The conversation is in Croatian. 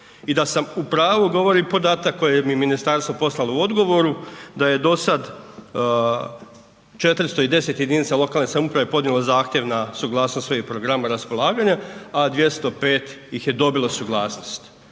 I da sam u pravu govori podatak koje mi je ministarstvo poslalo u odgovoru da je do sad 410 jedinica lokalne samouprave podnijelo zahtjev na suglasnost svojih programa raspolaganja a 205 ih je dobilo suglasnost.